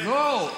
אתה יודע,